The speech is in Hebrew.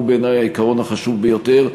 והוא בעיני העיקרון החשוב ביותר,